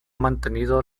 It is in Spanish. mantenido